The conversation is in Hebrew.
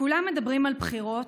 כולם מדברים על בחירות,